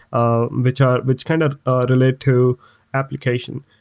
ah which ah which kind of relate to application.